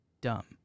dumb